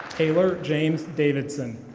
taylor james davidson.